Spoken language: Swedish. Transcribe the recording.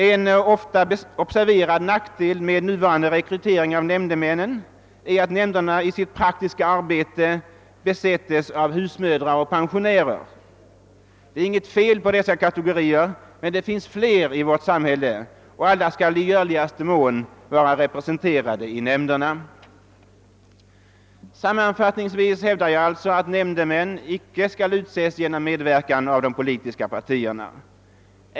En ofta observerad nackdel med nuvarande rekrytering av nämndemännen är att nämnderna i praktiken besättes av husmödrar och pensionärer. Det är inget fel på dessa kategorier, men det finns fler grupper i vårt samhälle och alla skall i görligaste mån vara representerade i nämnderna. Sammanfattningsvis hävdar jag alltså att nämndemän icke skall utses genom medverkan av de politiska partierna.